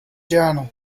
journal